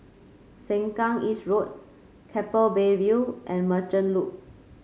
Sengkang East Road Keppel Bay View and Merchant Loop